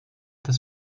des